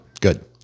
Good